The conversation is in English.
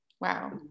Wow